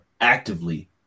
actively